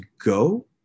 go